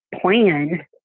plan